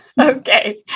Okay